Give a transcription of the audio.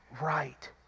right